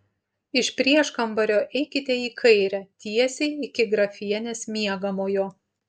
iš prieškambario eikite į kairę tiesiai iki grafienės miegamojo